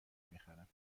میخرم